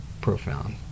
profound